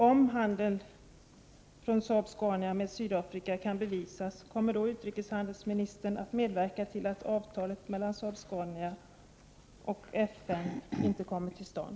Om handeln mellan Saab-Scania och Sydafrika kan bevisas, kommer då utrikeshandelsministern att medverka till att avtalet mellan Saab-Scania och FN inte kommer till stånd?